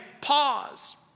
Pause